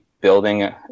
Building